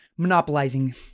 monopolizing